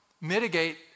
mitigate